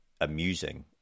amusing